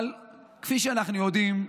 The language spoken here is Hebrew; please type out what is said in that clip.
אבל כפי שאנחנו יודעים,